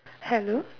hello